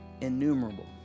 innumerable